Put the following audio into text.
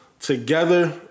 together